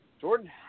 Jordan